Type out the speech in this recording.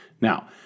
Now